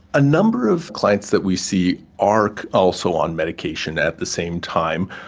a number of clients that we see are also on medication at the same time.